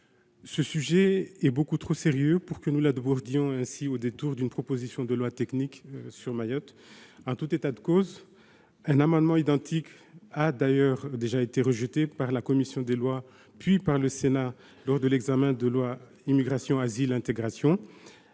Ce sujet est beaucoup trop sérieux pour que nous l'abordions ainsi au détour d'une proposition de loi technique sur Mayotte. En tout état de cause, un amendement identique a déjà été rejeté par la commission des lois, puis par le Sénat, lors de l'examen de la loi Immigration, asile, intégration.